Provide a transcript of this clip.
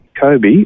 Kobe